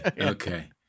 Okay